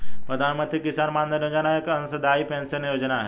प्रधानमंत्री किसान मानधन योजना एक अंशदाई पेंशन योजना है